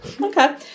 okay